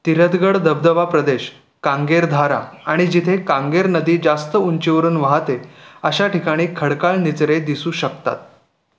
तिरथगड धबधबा प्रदेश कांगेरधारा आणि जिथे कांगेर नदी जास्त उंचीवरून वाहते अशा ठिकाणी खडकाळ निचरे दिसू शकतात